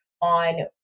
on